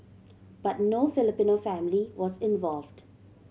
but no Filipino family was involved